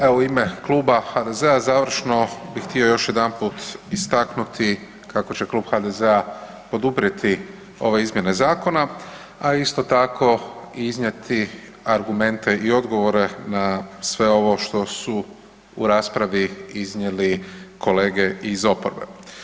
Evo u ime Kluba HDZ-a završno bih htio još jedanput istaknuti kako će Klub HDZ-a poduprijeti ove izmjene zakona, a isto tako i iznijeti argumente i odgovore na sve ovo što su u raspravi iznijeli kolege iz oporbe.